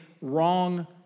wrong